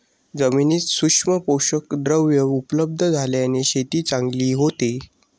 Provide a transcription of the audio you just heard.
जमिनीत सूक्ष्म पोषकद्रव्ये उपलब्ध झाल्याने शेती चांगली होते